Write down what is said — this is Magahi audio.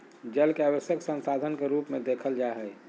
जल के आवश्यक संसाधन के रूप में देखल जा हइ